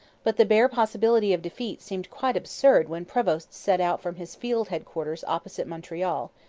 but the bare possibility of defeat seemed quite absurd when prevost set out from his field headquarters opposite montreal,